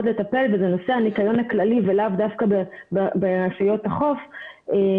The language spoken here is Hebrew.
סמנכ"ל בכיר מנהל חוויית התייר.